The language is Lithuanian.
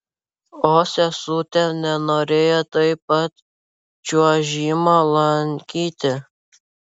o sesutė nenorėjo taip pat čiuožimo lankyti